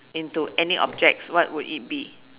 into any objects what would it be